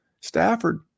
Stafford